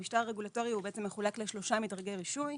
המשטר הרגולטורי הוא בעצם מחולק לשלושה מדרגי רישוי,